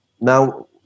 now